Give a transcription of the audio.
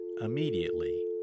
immediately